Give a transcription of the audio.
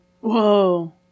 whoa